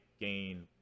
gain